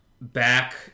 back